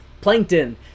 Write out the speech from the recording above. Plankton